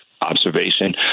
observation